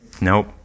Nope